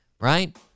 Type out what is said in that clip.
Right